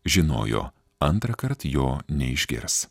žinojo antrąkart jo neišgirs